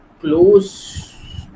close